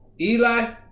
Eli